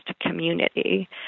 community